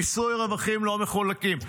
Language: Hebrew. (מיסוי רווחים לא מחולקים).